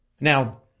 Now